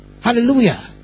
Hallelujah